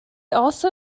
also